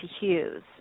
Hughes